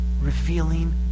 revealing